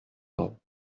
law